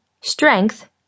strength